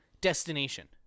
destination